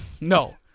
No